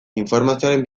informazioren